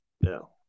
no